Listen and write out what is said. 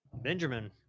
Benjamin